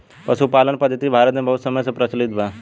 पशुपालन पद्धति भारत मे बहुत समय से प्रचलित बा